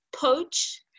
poach